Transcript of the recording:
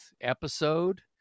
episode